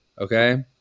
Okay